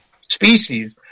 species